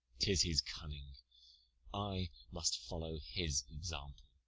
tis his cunning i must follow his example